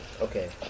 Okay